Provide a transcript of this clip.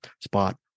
spot